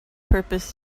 purpose